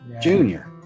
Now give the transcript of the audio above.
Junior